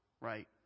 right